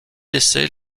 essais